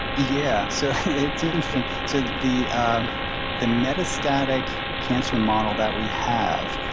yeah, so it's interesting. so the the metastatic cancer model that we have,